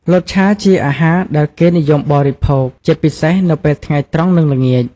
លតឆាជាអាហារដែលគេនិយមបរិភោគ ជាពិសេសនៅពេលថ្ងៃត្រង់ និងល្ងាច។